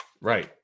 right